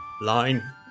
Line